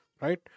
right